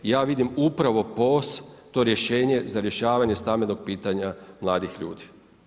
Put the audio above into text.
Ja vidim upravo POS, to rješenje za rješavanje stambenog pitanja mladih ljudi.